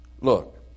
Look